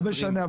לא משנה,